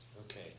Okay